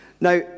Now